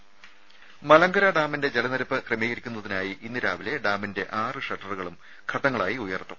രുമ മലങ്കര ഡാമിന്റെ ജലനിരപ്പ് ക്രമീകരിക്കുന്നതിനായി ഇന്ന് രാവിലെ ഡാമിന്റെ ആറ് ഷട്ടറുകളും ഘട്ടങ്ങളായി ഉയർത്തും